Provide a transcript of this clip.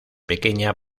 pequeña